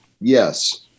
yes